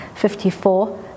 54